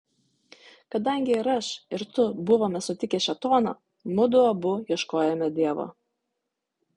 kadangi ir aš ir tu buvome sutikę šėtoną mudu abu ieškojome dievo